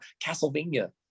Castlevania